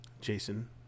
Jason